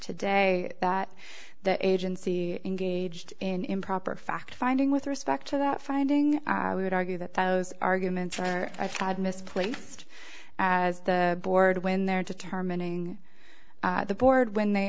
today that the agency engaged in improper fact finding with respect to that finding i would argue that those arguments are i've had mis placed as the board when they're determining the board when they